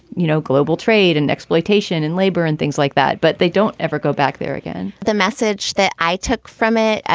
you know, global trade and exploitation in labour and things like that, but they don't ever go back there again the message that i took from it,